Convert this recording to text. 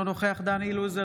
אינו נוכח דן אילוז,